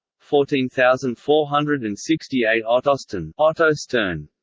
fourteen thousand four hundred and sixty eight ottostern ottostern